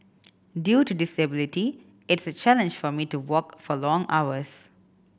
due to disability it's a challenge for me to walk for long hours